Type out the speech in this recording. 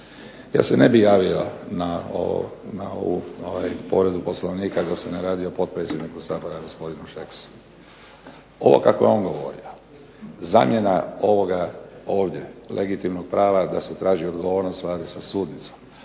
Ja se ne bih javio na ovu povredu Poslovnika da se ne radi o potpredsjedniku Sabora gospodinu Šeksu. Ovo kako je on govorio zamjena ovoga ovdje legitimnog prava da se traži odgovornost Vlade sa sudnicom,